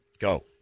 Go